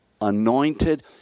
anointed